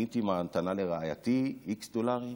קניתי מתנה לרעייתי x דולרים,